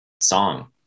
song